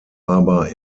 aber